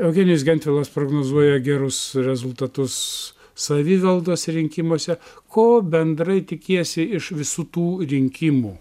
eugenijus gentvilas prognozuoja gerus rezultatus savivaldos rinkimuose ko bendrai tikiesi iš visų tų rinkimų